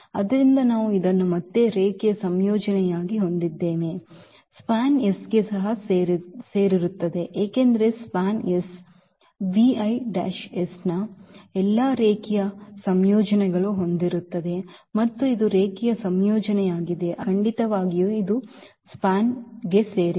ಆದ್ದರಿಂದ ನಾವು ಇದನ್ನು ಮತ್ತೆ ರೇಖೀಯ ಸಂಯೋಜನೆಯಾಗಿ ಹೊಂದಿದ್ದೇವೆ ಇದು SPAN ಗೆ ಸಹ ಸೇರಿರುತ್ತದೆ ಏಕೆಂದರೆ ಈ SPAN 's ನ ಎಲ್ಲಾ ರೇಖೀಯ ಸಂಯೋಜನೆಯನ್ನು ಹೊಂದಿರುತ್ತದೆ ಮತ್ತು ಇದು ರೇಖೀಯ ಸಂಯೋಜನೆಯಾಗಿದೆ ಆದ್ದರಿಂದ ಖಂಡಿತವಾಗಿಯೂ ಇದು SPAN ಗೆ ಸೇರಿದೆ